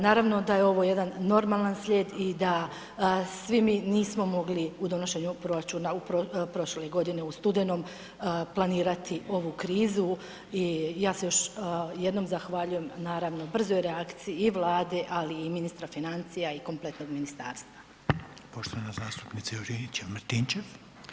Naravno da je ovo jedan normalan slijed i da svi mi nismo mogli u donošenju proračuna prošle godine u studenom planirati ovu krizu i ja se još jednom zahvaljujem naravno brzoj reakciji i Vlade ali i ministra financija i kompletnog ministarstva.